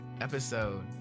episode